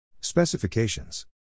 Specifications